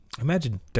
Imagine